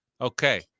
Okay